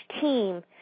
team